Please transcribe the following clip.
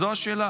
זו השאלה.